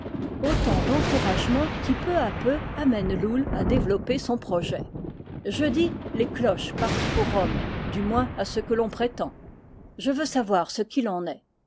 autant d'encouragements qui peu à peu amènent loull à développer son projet jeudi les cloches partent pour rome du moins à ce que l'on prétend je veux savoir ce qu'il en est